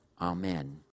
Amen